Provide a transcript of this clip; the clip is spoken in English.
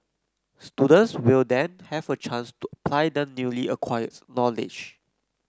students will then have a chance to apply their newly acquired knowledge